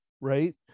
right